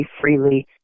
freely